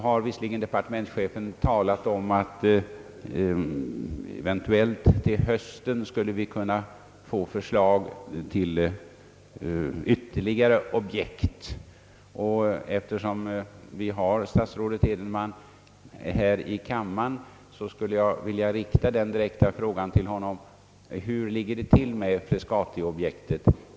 Departementschefen har visserligen talat om att vi eventuellt till hösten skall få förslag till ytterligare objekt. Eftersom vi har statsrådet Edenman här i kammaren, skulle jag vilja rikta den direkta frågan till honom: Hur ligger det till med frescatiobjektet?